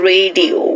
Radio